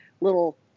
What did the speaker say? little